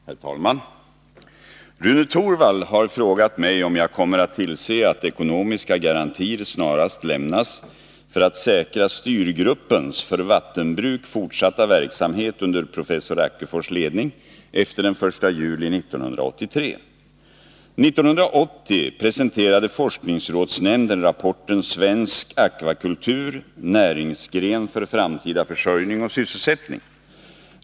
Herr talman! Rune Torwald har frågat mig om jag kommer att tillse att ekonomiska garantier snarast lämnas för att säkra Styrgruppens för vattenbruk fortsatta verksamhet under professor Ackefors ledning efter den 1 juli 1983. 1980 presenterade forskningsrådsnämnden rapporten Svensk akvakultur — näringsgren för framtida försörjning och sysselsättning.